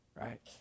Right